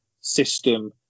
system